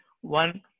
one